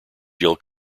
jill